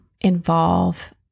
Involve